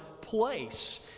place